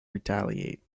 retaliate